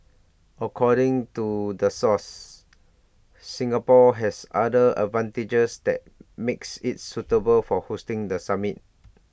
according to the source Singapore has other advantages that makes IT suitable for hosting the summit